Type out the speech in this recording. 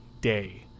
day